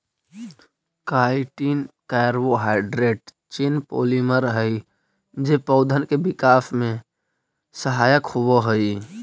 chitin carbohydrate chain polymer हई जे पौधन के विकास में सहायक होवऽ हई